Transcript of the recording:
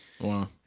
Wow